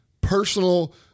personal